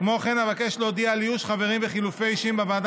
אבקש להודיע על איוש חברים וחילופי אישים בוועדה